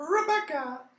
Rebecca